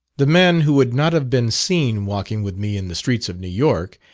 the man who would not have been seen walking with me in the streets of new york,